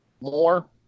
More